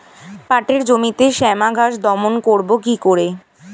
পাটের জমিতে শ্যামা ঘাস দমন করবো কি করে?